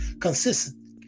consistent